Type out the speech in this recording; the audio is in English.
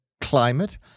climate